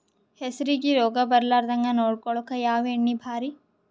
ಹೆಸರಿಗಿ ರೋಗ ಬರಲಾರದಂಗ ನೊಡಕೊಳುಕ ಯಾವ ಎಣ್ಣಿ ಭಾರಿ?